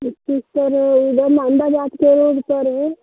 उधर अंदर जाके पर है